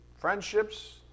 friendships